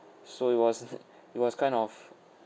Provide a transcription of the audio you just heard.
so it was uh it was kind of